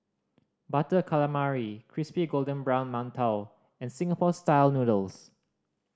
Butter Calamari crispy golden brown mantou and Singapore Style Noodles